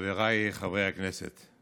חבריי חברי הכנסת,